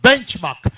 Benchmark